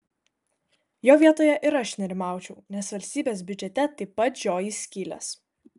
jo vietoje ir aš nerimaučiau nes valstybės biudžete taip pat žioji skylės